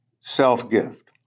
self-gift